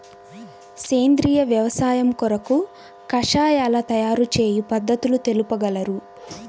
సేంద్రియ వ్యవసాయము కొరకు కషాయాల తయారు చేయు పద్ధతులు తెలుపగలరు?